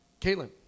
Caitlin